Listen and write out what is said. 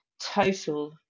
total